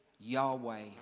Yahweh